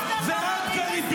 למה לא נפתחת חקירה --- חקירה?